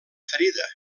ferida